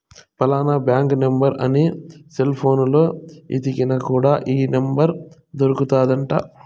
ఫలానా bank number అని cell పోనులో ఎతికిన కూడా ఈ నెంబర్ దొరుకుతాది అంట